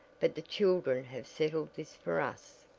but the children have settled this for us.